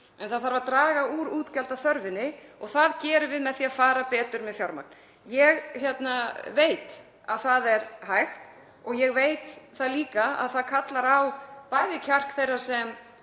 En það þarf að draga úr útgjaldaþörfinni og það gerum við með því að fara betur með fjármagn. Ég veit að það er hægt. Ég veit það líka að það kallar á bæði kjark þeirra sem